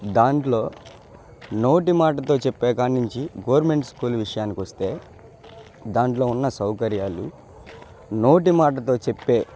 దాంట్లో నోటి మాటతో చెప్పే కాడి నుంచి గవర్నమెంటు స్కూలు విషయానికి వస్తే దాంట్లో ఉన్న సౌకర్యాలు నోటి మాటతో చెప్పే